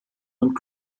und